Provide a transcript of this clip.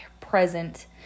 present